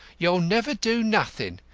you'll never do nothing.